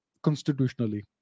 constitutionally